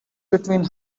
between